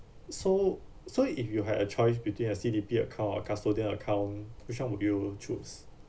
so so if you had a choice between a C_D_P account or custodial account which one would you choose